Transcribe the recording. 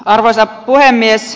arvoisa puhemies